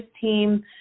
team